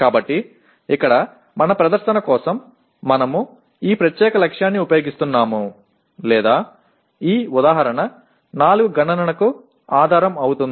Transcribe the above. కాబట్టి ఇక్కడ మన ప్రదర్శన కోసం మనము ఈ ప్రత్యేక లక్ష్యాన్ని ఉపయోగిస్తున్నాము లేదా ఈ ఉదాహరణ 4 గణనకు ఆధారం అవుతుంది